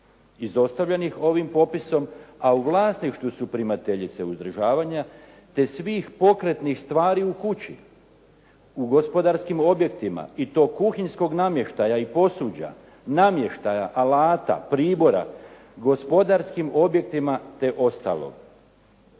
izostavljenih ovim popisom a u vlasništvu su primateljice uzdržavanja te svih pokretnih stvari u kući, u gospodarskim objektima i to kuhinjskog namještaja i posuđa, namještaja, alata, pribora, gospodarskim objektima te ostalo.